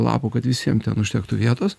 lapų kad visiem ten užtektų vietos